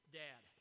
dad